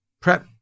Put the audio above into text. prep